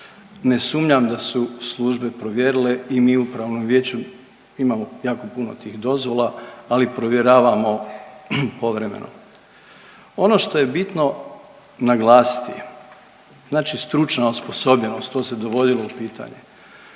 Ne sumnjam da su službe provjerile i mi u Upravnom vijeću imamo jako puno tih dozvola, ali provjeravamo povremeno. Ono što je bitno naglasiti, znači stručna osposobljenost to se dovodilo u pitanje.